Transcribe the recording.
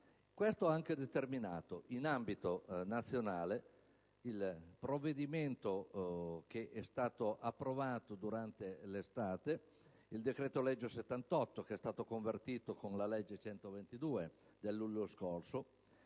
Questo ha anche determinato, in ambito nazionale, il provvedimento approvato durante l'estate, il decreto-legge n. 78, convertito con la legge n. 122 del luglio scorso,